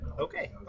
okay